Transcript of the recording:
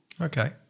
Okay